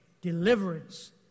deliverance